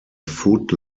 food